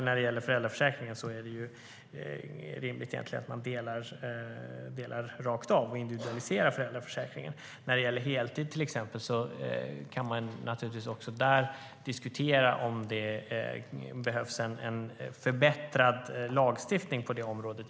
När det gäller föräldraförsäkringen, till exempel, är det egentligen rimligt att man delar rakt av och individualiserar den. Också när det gäller heltid kan man naturligtvis diskutera om det behövs en förbättrad lagstiftning på området.